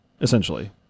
essentially